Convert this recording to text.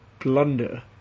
Blunder